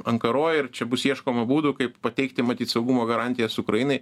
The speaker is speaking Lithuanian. ankaroj ir čia bus ieškoma būdų kaip pateikti matyt saugumo garantijas ukrainai